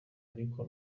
ariko